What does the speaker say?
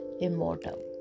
immortal